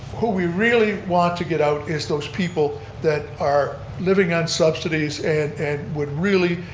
who we really want to get out is those people that are living on subsidies and and would really